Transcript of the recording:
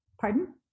Pardon